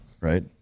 Right